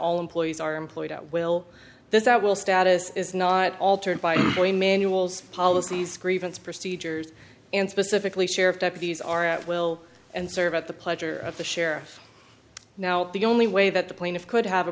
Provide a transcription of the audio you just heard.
all employees are employed at will those that will status is not altered by going manuals policies grievance procedures and specifically sheriff deputies are at will and serve at the pleasure of the share now the only way that the plaintiff could have a